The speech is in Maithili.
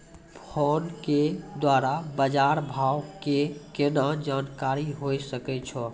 फोन के द्वारा बाज़ार भाव के केना जानकारी होय सकै छौ?